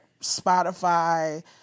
Spotify